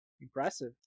impressive